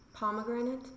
pomegranate